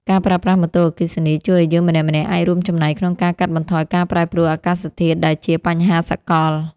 ការប្រើប្រាស់ម៉ូតូអគ្គិសនីជួយឱ្យយើងម្នាក់ៗអាចរួមចំណែកក្នុងការកាត់បន្ថយការប្រែប្រួលអាកាសធាតុដែលជាបញ្ហាសកល។